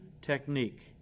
technique